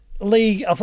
league